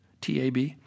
TAB